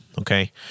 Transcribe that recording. Okay